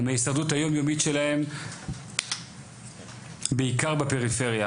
עם ההסתדרות היום יומית שלהם בעיקר בפריפריה,